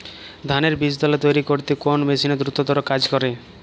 ধানের বীজতলা তৈরি করতে কোন মেশিন দ্রুততর কাজ করে?